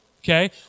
okay